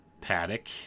Paddock